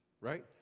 right